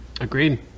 Agreed